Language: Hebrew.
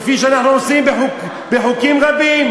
כפי שאנחנו עושים בחוקים רבים.